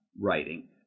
writing